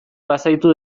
bazaitu